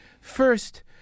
first